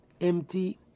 empty